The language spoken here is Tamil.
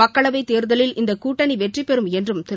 மக்களவை தேர்தலில் இந்த கூட்டணி வெற்றி பெறும் என்றும் திரு